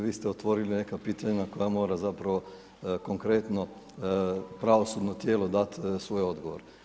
Vi ste otvorili neka pitanja na koja mora zapravo konkretno pravosudno tijelo dat svoj odgovor.